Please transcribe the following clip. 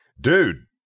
Dude